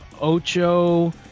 ocho